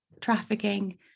trafficking